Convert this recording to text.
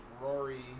rory